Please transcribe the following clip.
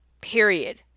period